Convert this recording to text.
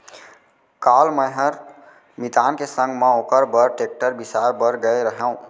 काल मैंहर मितान के संग म ओकर बर टेक्टर बिसाए बर गए रहव